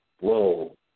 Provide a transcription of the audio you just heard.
whoa